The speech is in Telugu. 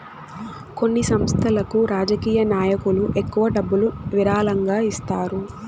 కొన్ని సంస్థలకు రాజకీయ నాయకులు ఎక్కువ డబ్బులు విరాళంగా ఇస్తారు